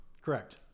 Correct